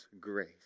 grace